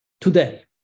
Today